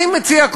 אני מציע,